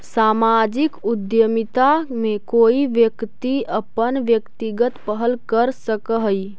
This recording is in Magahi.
सामाजिक उद्यमिता में कोई व्यक्ति अपन व्यक्तिगत पहल कर सकऽ हई